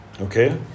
Okay